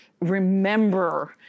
remember